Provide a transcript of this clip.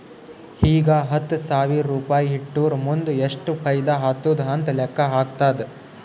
ಈಗ ಹತ್ತ್ ಸಾವಿರ್ ರುಪಾಯಿ ಇಟ್ಟುರ್ ಮುಂದ್ ಎಷ್ಟ ಫೈದಾ ಆತ್ತುದ್ ಅಂತ್ ಲೆಕ್ಕಾ ಹಾಕ್ಕಾದ್